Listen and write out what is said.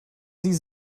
sie